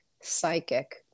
psychic